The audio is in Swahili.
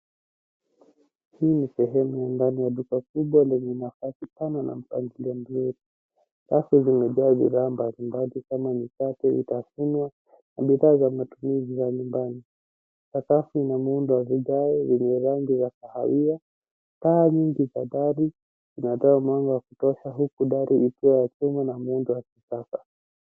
Hii ni sehemu ya ndani ya duka kubwa lenye nafasi pana na mpangilio mzuri. Rafu zimejaa bidhaa mbalimbali kama mikate, vitafunwa na bidhaa za matumizi za nyumbani. Sakafu ina muundo wa vigae yenye rangi ya kahawia. Taa nyingi za dari zinatoa mwanga wa kutosha huku dari ikiwa ya chuma na muundo wa kisasa.